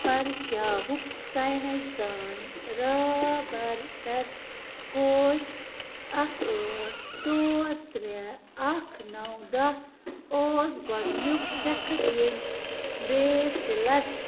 پرشا ہُک ساینس دان رابرٹَر کوچ اکھ ٲٹھ ژور ترٛےٚ اکھ نو دَہ اوس گۄڈٕنیٛک شخص ییٚمۍ بیسِلَس